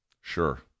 Sure